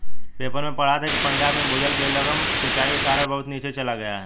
paper में पढ़ा था कि पंजाब में भूजल बेलगाम सिंचाई के कारण बहुत नीचे चल गया है